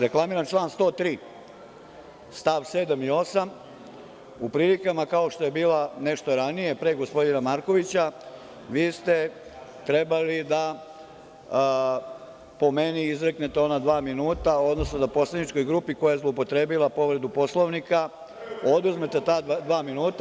Reklamiram član 103. stav 7. i 8. U prilikama kao što je bila nešto ranije, pre gospodina Markovića, vi ste trebali da po meni izreknete ona dva minuta, odnosno da poslaničkoj grupi koja je zloupotrebila povredu Poslovnika, oduzmete ta dva minuta.